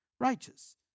righteous